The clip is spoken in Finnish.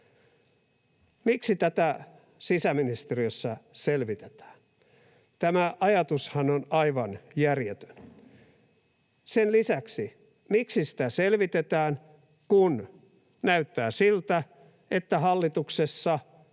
Miksi tätä sisäministeriössä selvitetään? Tämä ajatushan on aivan järjetön. Sen lisäksi: miksi sitä selvitetään, kun näyttää siltä, että hallituksessa